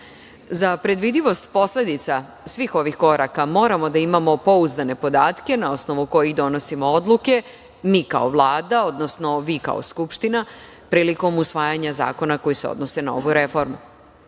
predvidivost posledica svih ovih koraka moramo da imamo pouzdane podatke na osnovu kojih donosimo odluke, mi kao Vlada, odnosno vi kao Skupština, prilikom usvajanja zakona koji se odnose na ovu reformu.